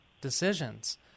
decisions